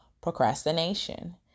procrastination